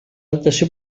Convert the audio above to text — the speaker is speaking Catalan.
dotació